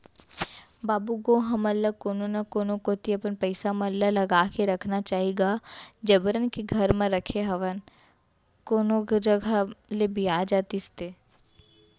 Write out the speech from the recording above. बाबू गो हमन ल कोनो न कोनो कोती अपन पइसा मन ल लगा के रखना चाही गा जबरन के घर म रखे हवय कोनो जघा ले बियाज आतिस ते